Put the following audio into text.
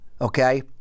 okay